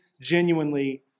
genuinely